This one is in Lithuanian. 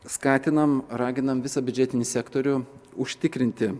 skatinam raginam visą biudžetinį sektorių užtikrinti